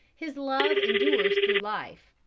his love endures through life.